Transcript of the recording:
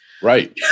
Right